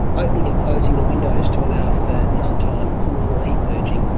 opening and closing the windows to allow for night-time cooling or heat purging,